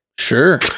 Sure